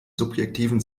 subjektiven